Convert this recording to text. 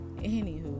Anywho